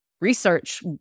research